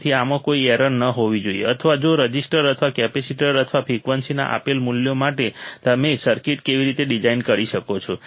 તેથી આમાં કોઈ એરર ન હોવી જોઈએ અથવા જો રઝિસ્ટર અથવા કેપેસિટર અથવા ફ્રિકવન્સીના આપેલ મૂલ્યો માટે તમે સર્કિટ કેવી રીતે ડિઝાઇન કરી શકો છો